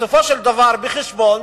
בסופו של דבר, בחשבון,